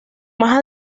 más